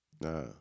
Nah